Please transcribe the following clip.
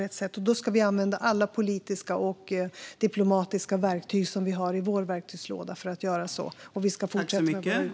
Vi ska använda alla politiska och diplomatiska verktyg som vi har i vår verktygslåda för att göra det, och vi ska fortsätta med våra uttalanden.